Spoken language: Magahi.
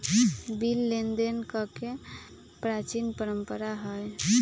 बिल लेनदेन कके प्राचीन परंपरा हइ